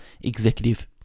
executive